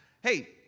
hey